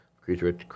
Creature